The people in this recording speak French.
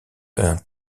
ung